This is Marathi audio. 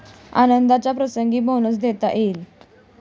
आनंदाच्या प्रसंगी बोनस देता येईल